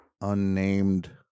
unnamed